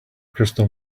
crystal